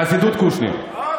חסידות קושניר.